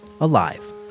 alive